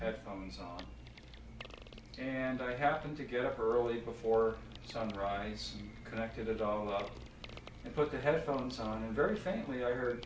headphones on and i happened to get up early before sunrise connected it all up and put the headphones on and very frankly i heard